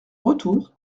retour